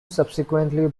subsequently